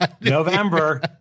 November